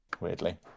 weirdly